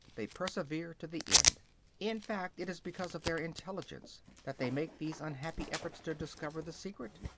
they persevere to the end in fact, it is because of their intelligence that they make these unhappy efforts to discover the secret.